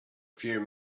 few